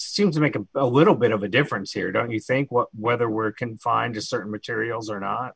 seem to make a a little bit of a difference here don't you think well whether we're confined to certain materials or n